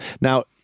now